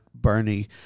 Bernie